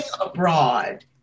abroad